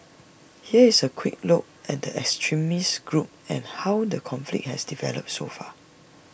here is A quick look at the extremist group and how the conflict has developed so far